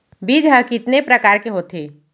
बीज ह कितने प्रकार के होथे?